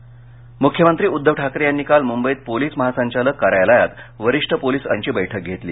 बैठक मुख्यमंत्री उद्दव ठाकरे यांनी काल मुंबईत पोलीस महासंचालक कार्यालयात वरिष्ठ पोलीस अधिकाऱ्यांची बैठक घेतली